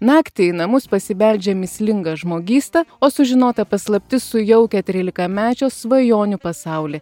naktį į namus pasibeldžia mįslinga žmogysta o sužinota paslaptis sujaukia trylikamečio svajonių pasaulį